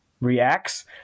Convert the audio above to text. reacts